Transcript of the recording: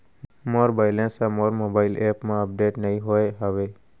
मोर balance हा मोर mobile app मा अपडेट नहीं होय हवे